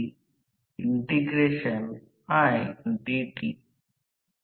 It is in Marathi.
तर या प्रकरणात जेथे N1 N2 प्रभावी स्टेटर आणि रोटर प्रत्येक टप्प्यात वळतात